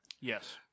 Yes